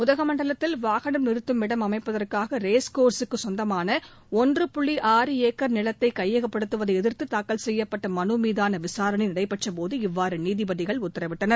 உதகமண்டலத்தில் வாகனம் நிறுத்தும் இடம் அமைப்பதற்காக ரேஸ் கோர்ஸ் க்கு சொந்தமான ஒன்று புள்ளி ஆறு ஏக்கர் நிலத்தை கையகப்படுத்துவதை எதிர்த்து தாக்கல் செய்யப்பட்ட மனு மீதாள விசாரணை நடைபெற்றபோது இவ்வாறு நீதிபதிகள் உத்தரவிட்டனர்